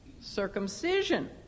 circumcision